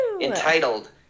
entitled